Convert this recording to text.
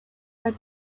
had